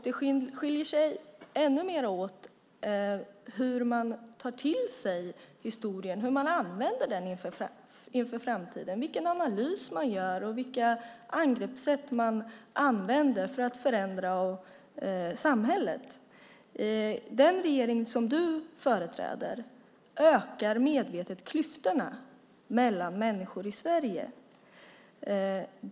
Det skiljer sig ännu mer åt hur man tar till sig historien och använder den inför framtiden, vilken analys man gör och vilka angreppssätt man använder för att förändra samhället. Den regering som du företräder ökar medvetet klyftorna mellan människor i Sverige.